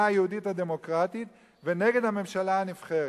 היהודית הדמוקרטית ונגד הממשלה הנבחרת.